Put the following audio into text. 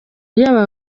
yaba